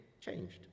changed